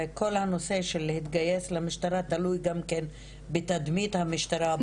כל הנושא של להתגייס למשטרה תלוי גם בתדמית המשטרה,